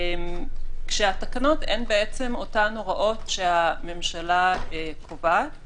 כשהתקנות הן אותן הוראות שהממשלה קובעת,